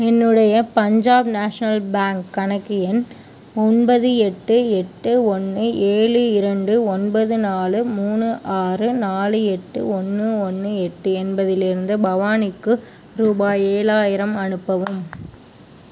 என்னுடைய Punjab National Bank கணக்கு எண் ஒன்பது எட்டு எட்டு ஒன்று ஏழு இரண்டு ஒன்பது நாலு மூணு ஆறு நாலு எட்டு ஒன்று ஒன்று எட்டு என்பதிலிருந்து பவானிக்கு ரூபாய் ஏழாயிரம் அனுப்பவும்